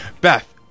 Beth